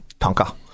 Tonka